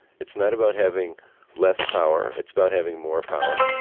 it's not about having less power it's about having more power.